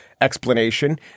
explanation